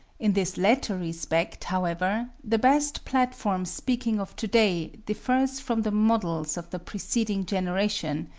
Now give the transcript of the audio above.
in this latter respect, however, the best platform speaking of today differs from the models of the preceding generation,